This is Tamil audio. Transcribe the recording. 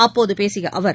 அப்போதுபேசியஅவர்